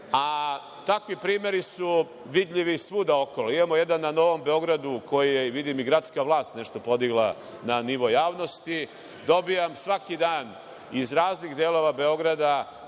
takvi primeri su vidljivi svuda okolo. Imamo jedan na Novom Beogradu koji je, vidim, i gradska vlast nešto podigla na nivo javnosti, dobijam svaki dan iz raznih delova Beograda